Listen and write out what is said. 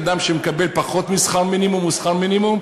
אדם שמקבל פחות משכר מינימום או שכר מינימום,